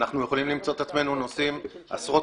אנחנו יכולים למצוא את עצמנו נוסעים עשרות